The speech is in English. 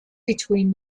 between